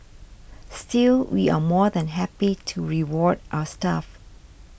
still we are more than happy to reward our staff